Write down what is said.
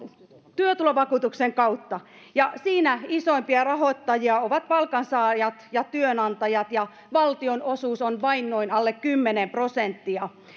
työtulovakuutuksen kautta ja siinä isoimpia rahoittajia ovat palkansaajat ja työnantajat ja valtion osuus on vain noin alle kymmenen prosenttia